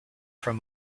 from